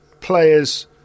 players